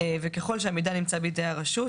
וככל שהמידע נמצא בידי הרשות,